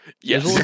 Yes